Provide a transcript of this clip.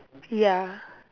ya